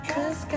Cause